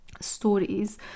stories